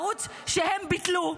ערוץ שהם ביטלו,